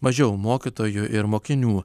mažiau mokytojų ir mokinių